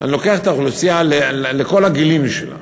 אני לוקח את האוכלוסייה על כל הגילאים שלה.